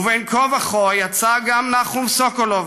ובין כה וכה יצא גם כן נחום סוקולוב